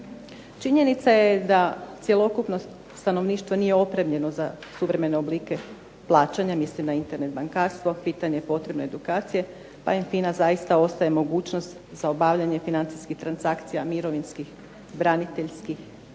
Činjenica je da cjelokupnost stanovništva nije opremljeno za suvremene oblike plaćanja, misli na internet bankarstvo, pitanje potrebne edukacije, pa im FINA zaista ostaje mogućnost za obavljanje financijskih transakcija mirovinskih, braniteljskih,